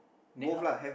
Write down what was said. then how